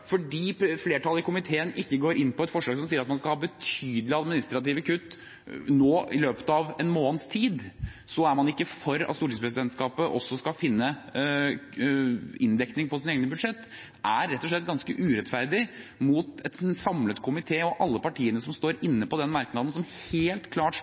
fordi flertallet i komiteen ikke går inn på et forslag som sier at man skal ha betydelig administrative kutt i løpet av en måneds tid, er man ikke for at presidentskapet skal finne inndekning på sine egne budsjetter. Det er rett og slett ganske urettferdig mot en samlet komité og alle partiene som står bak den merknaden, som helt klart